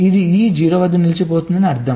ఇది e 0 వద్ద నిలిచిపోతుందిని అర్థం